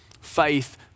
Faith